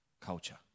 culture